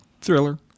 Thriller